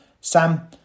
Sam